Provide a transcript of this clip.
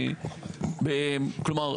כלומר,